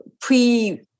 pre-